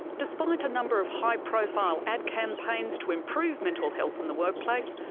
despite a number of high profile ad campaigns to improve mental health in the workplace,